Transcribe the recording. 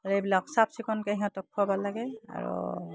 আৰু এইবিলাক চাফ চিকণকে সিহঁতক খোৱাব লাগে আৰু